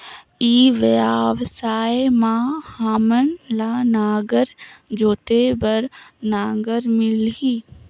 ई व्यवसाय मां हामन ला नागर जोते बार नागर मिलही?